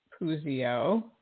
Puzio